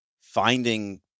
finding